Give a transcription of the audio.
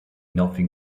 nothing